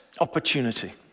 opportunity